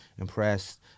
impressed